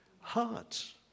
hearts